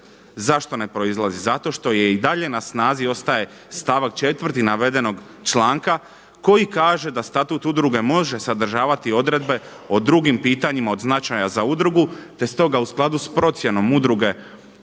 Zašto ne proizlazi? Zato što i dalje na snazi ostaje stavak 4. navedenog članka koji kaže da statut udruge može sadržavati odredbe o drugim pitanjima od značaja za udrugu, te u skladu s procjenom udruge